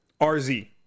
RZ